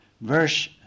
Verse